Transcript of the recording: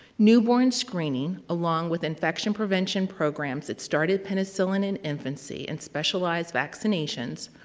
newborn screening, along with infection prevention programs that started penicillin in infancy and specialized vaccinations,